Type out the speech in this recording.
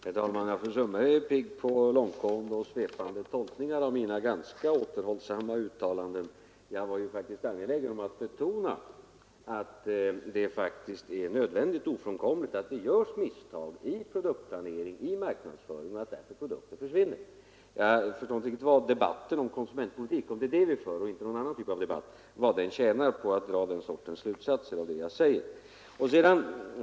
Herr talman! Fru Sundberg är pigg på långtgående och svepande tolkningar av mina ganska återhållsamma uttalanden. Jag var faktiskt angelägen om att betona att det i en s.k. marknadsekonomi är ofrånkomligt att det görs misstag i produktplanering och marknadsföring och att därför produkter försvinner. Jag förstår inte riktigt vad debatten om konsumentpolitik — och det är den vi för och inte någon annan typ av debatter — tjänar på att man drar den sortens slutsatser av det jag säger som fru Sundberg här gjorde.